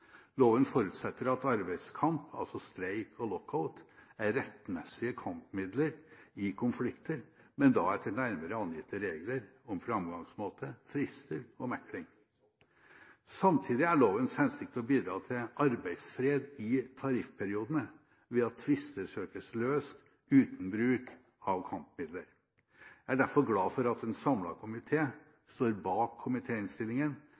Loven forutsetter at arbeidskamp, altså streik og lockout, er rettmessige kampmidler i konflikter, men da etter nærmere angitte regler om framgangsmåte, frister og mekling. Samtidig er lovens hensikt å bidra til arbeidsfred i tariffperiodene ved at tvister søkes løst uten bruk av kampmidler. Jeg er derfor glad for at en